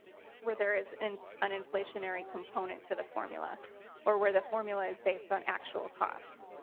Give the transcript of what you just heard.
where there is and an inflationary component to the formula or where the formula is based on actual costs.